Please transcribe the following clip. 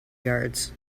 guards